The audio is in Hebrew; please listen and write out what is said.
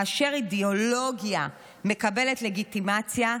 כאשר אידיאולוגיה מקבלת לגיטימציה,